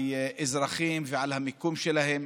האזרחים ועל המיקום שלהם.